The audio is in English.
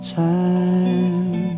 time